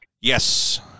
Yes